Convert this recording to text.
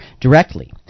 directly